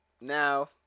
Now